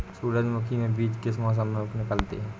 सूरजमुखी में बीज किस मौसम में निकलते हैं?